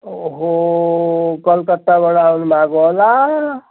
ओ हो कलकत्ताबाट आउनु भएको होला